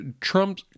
Trump